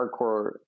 hardcore